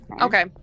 Okay